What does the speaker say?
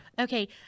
Okay